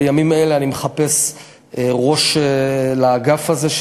בימים אלה אני מחפש ראש לאגף הזה,